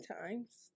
times